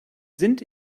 sind